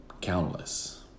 countless